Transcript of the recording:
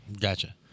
Gotcha